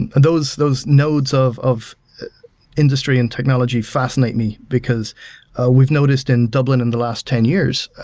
and and those those nodes of of industry and technology fascinate me because we've noticed in dublin in the last ten years,